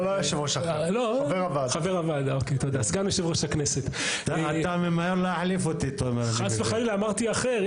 חבר הכנסת רז אמר,